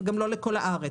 וגם לא לכל הארץ.